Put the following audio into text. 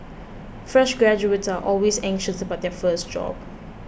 fresh graduates are always anxious about their first job